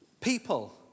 people